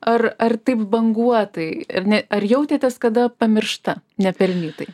ar ar taip banguotai ir ne ar jautėtės kada pamiršta nepelnytai